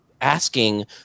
asking